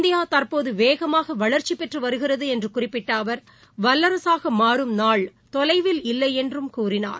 இந்தியாதற்போதுவேகமாகவளா்ச்சிபெற்றுவருகிறதுஎன்றுகுறிப்பிட்டஅவர் வல்லரசாகமாறும் நாள் தொலைவில் இல்லைள்ன்றும் கூறினார்